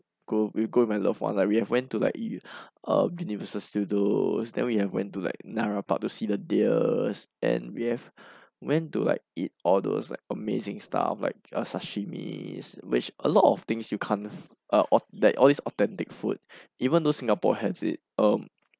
go with go with my loved one like we have went to like like uh universal studios then we have went to like nara park to see the deers and we have went to like eat all those like amazing stuff like uh sashimi is which a lot of things you can't ah that all these authentic food even though singapore has it um